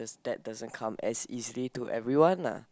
that doesn't come as is to everyone lah